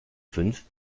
fünf